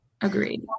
Agreed